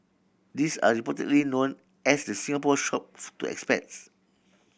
these are reportedly known as the Singapore Shops to expats